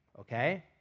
okay